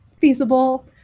feasible